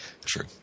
True